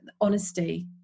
honesty